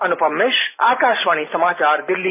अनुपम मिश्र आकाशवाणी समाचार दिल्ली